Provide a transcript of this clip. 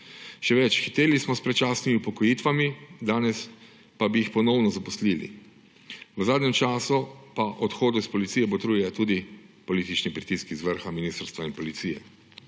Še več, hiteli smo s predčasnimi upokojitvami, danes pa bi jih ponovno zaposlili. V zadnjem času pa odhodu iz policije botruje tudi politični pritisk z vrha ministrstva in policije.